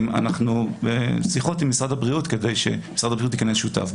אנחנו בשיחות עם משרד הבריאות כדי שמשרד הבריאות ייכנס שותף.